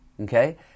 okay